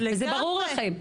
זה ברור לכם.